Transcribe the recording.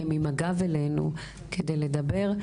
הן עם הגב אלינו כדי לדבר,